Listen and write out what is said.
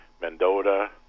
Mendota